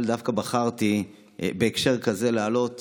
אבל דווקא בחרתי בהקשר כזה לעלות